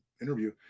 interview